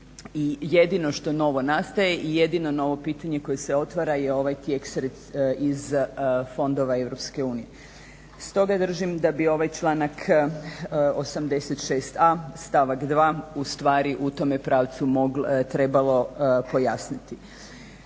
I jedino što novo nastaje i jedino novo pitanje koje se otvara je ovaj tijek iz fondova EU. Stoga držim da bi ovaj članak 86a. stavak 2. u stvari u tome pravcu trebalo pojasniti.